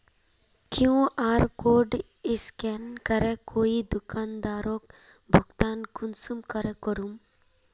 QR code scan करे कोई दुकानदारोक भुगतान कुंसम करे करूम?